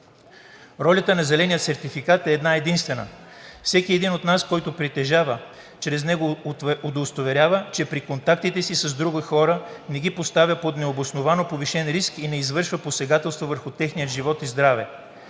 Ролята на зеления сертификат е една-единствена – всеки един от нас, който притежава, чрез него удостоверява, че при контактите си с други хора не ги поставя под необосновано повишен риск и не извършва посегателство върху техния живот и здраве.